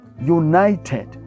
United